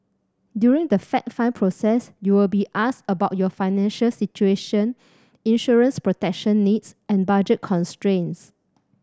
during the fact find process you will be asked about your financial situation insurance protection needs and budget constraints